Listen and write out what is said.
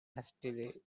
hastily